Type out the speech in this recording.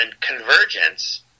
Convergence